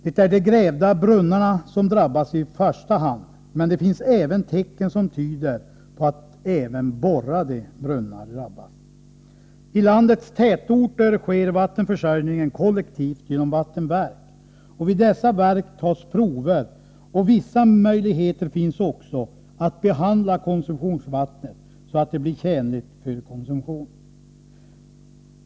Det är de grävda brunnarna som drabbas i första hand, men det finns tecken som tyder på att även borrade brunnar drabbas. I landets tätorter sker vattenförsörjningen kollektivt genom vattenverk, och vid dessa verk tas prover och vissa möjligheter finns också att behandla konsumtionsvattnet så att det blir tjänligt för konsumtion.